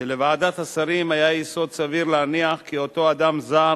שלוועדת השרים היה יסוד סביר להניח כי אותו אדם זר